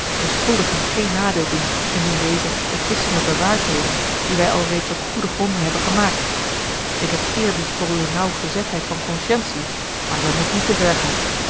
de schuldigen geen nadeel doen indien deze de gissingen bewaardheden die wij alreeds op goede gronden hebben gemaakt ik heb eerbied voor uwe nauwgezetheid van consciëntie maar zij moet niet te ver gaan